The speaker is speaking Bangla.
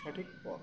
সঠিক পথ